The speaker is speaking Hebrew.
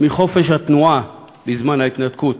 מחופש התנועה בזמן ההתנתקות,